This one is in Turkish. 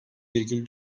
virgül